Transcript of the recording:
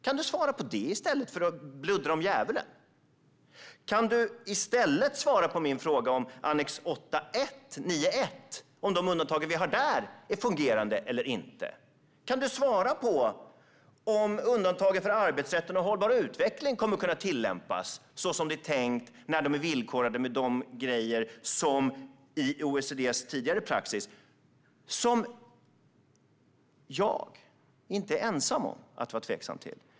Kan du svara på det i stället för att bluddra om djävulen? Och kan du i stället svara på min fråga om undantagen i artikel 8.9.1 är fungerande eller inte? Kan du svara på om undantaget för arbetsrätt och hållbar utveckling kommer att kunna tillämpas så som det är tänkt när de är villkorade med de grejer i OECD:s tidigare praxis som jag inte är ensam om att vara tveksam till?